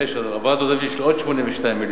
ויש העברת עודפים של עוד 82 מיליון.